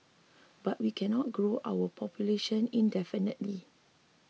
but we cannot grow our population indefinitely